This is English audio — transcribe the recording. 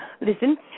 Listen